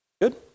Good